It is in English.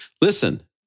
Listen